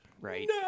Right